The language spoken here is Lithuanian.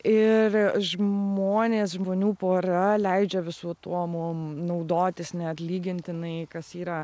ir žmonės žmonių pora leidžia visu tuo mum naudotis neatlygintinai kas yra